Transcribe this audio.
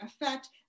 effect